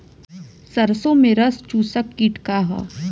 सरसो में रस चुसक किट का ह?